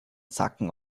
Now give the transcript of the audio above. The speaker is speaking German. zacken